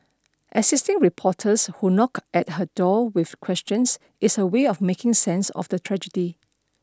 assisting reporters who knock at her door with questions is her way of making sense of the tragedy